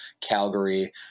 Calgary